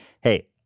Hey